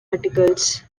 articles